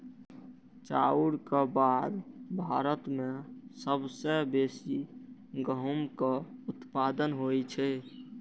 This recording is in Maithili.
चाउरक बाद भारत मे सबसं बेसी गहूमक उत्पादन होइ छै